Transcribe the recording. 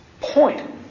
point